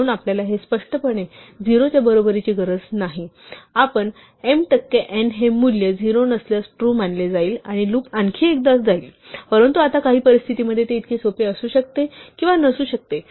म्हणून आपल्याला हे स्पष्टपणे 0 च्या बरोबरीची गरज नाही कारण m टक्के n हे मूल्य 0 नसल्यास ट्रू मानले जाईल आणि लूप आणखी एकदा जाईल परंतु आता काही परिस्थितींमध्ये ते इतके सोपे असू शकते किंवा नसू शकते